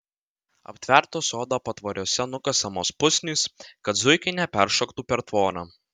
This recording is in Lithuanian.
aptverto sodo patvoriuose nukasamos pusnys kad zuikiai neperšoktų per tvorą